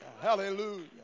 hallelujah